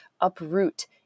uproot